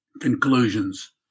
Conclusions